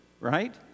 right